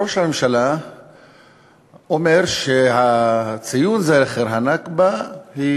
ראש הממשלה אומר שציון זכר הנכבה הוא